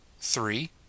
three